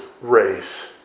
race